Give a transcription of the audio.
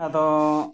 ᱟᱫᱚ